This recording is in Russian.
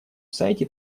сайте